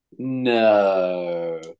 No